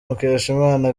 mukeshimana